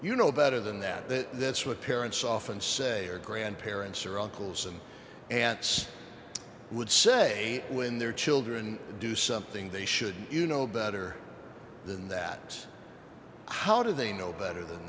you know better than that that that's what parents often say or grandparents or all calls and aunts would say when their children do something they should you know better than that how do they know better than